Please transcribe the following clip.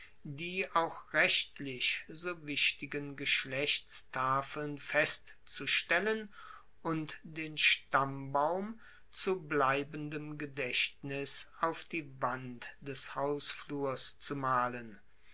die auch rechtlich so wichtigen geschlechtstafeln festzustellen und den stammbaum zu bleibendem gedaechtnis auf die wand des hausflurs zu malen